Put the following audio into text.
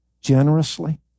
generously